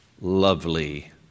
lovely